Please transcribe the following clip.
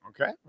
Okay